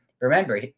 remember